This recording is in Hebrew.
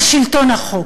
על שלטון החוק.